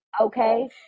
okay